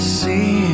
see